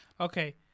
okay